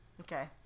Okay